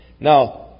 Now